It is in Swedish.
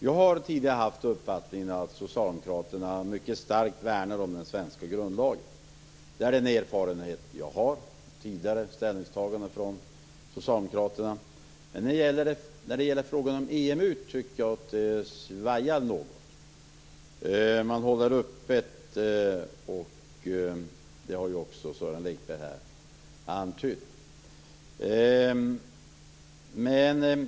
Jag har tidigare haft uppfattningen att Socialdemokraterna mycket starkt värnar om den svenska grundlagen. Det är den erfarenhet jag har av tidigare ställningstaganden från Socialdemokraterna. Men när det gäller frågan om EMU tycker jag att det svajar något. Man håller frågan öppen. Det har Sören Lekberg antytt.